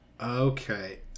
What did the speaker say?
Okay